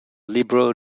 liberal